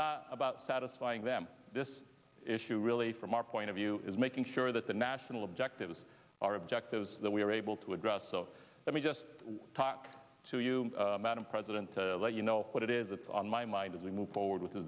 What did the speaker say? not about satisfying them this issue really from our point of view is making sure that the national objectives are objectives that we are able to address so let me just talk to you madam president to let you know what it is it's on my mind as we move forward with th